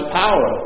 power